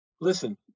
Listen